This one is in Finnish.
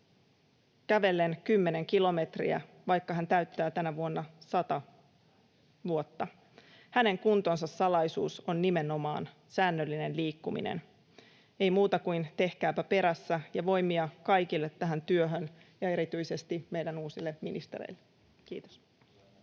kävellen kymmenen kilometriä, vaikka hän täyttää tänä vuonna 100 vuotta. Hänen kuntonsa salaisuus on nimenomaan säännöllinen liikkuminen — ei muuta kuin tehkääpä perässä. Ja voimia kaikille tähän työhön ja erityisesti meidän uusille ministereille! — Kiitos.